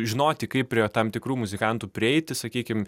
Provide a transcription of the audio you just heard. žinoti kaip prie tam tikrų muzikantų prieiti sakykim